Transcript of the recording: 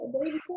baby